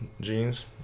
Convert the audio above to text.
Jeans